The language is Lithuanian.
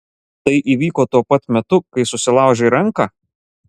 tai įvyko tuo pat metu kai susilaužei ranką